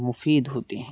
مفید ہوتی ہیں